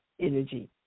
energy